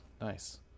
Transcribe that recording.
Nice